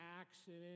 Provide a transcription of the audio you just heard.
accident